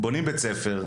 בונים בית ספר,